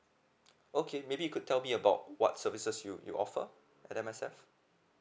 okay maybe you could tell me about what services you you offer other myself